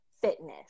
fitness